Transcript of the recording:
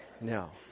no